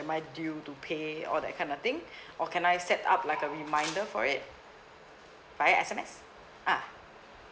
I due to pay all that kind of thing or can I set up like a reminder for it via S_M_S ah